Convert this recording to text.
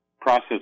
Process